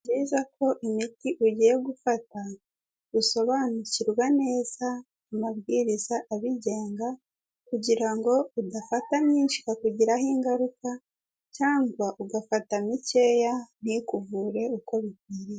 Ni byiza ko imiti ugiye gufata, usobanukirwa neza amabwiriza abigenga, kugira ngo udafata myinshi ikakugiraho ingaruka, cyangwa ugafata mikeya ntikuvure uko bikwiriye.